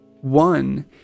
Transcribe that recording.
One